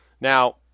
Now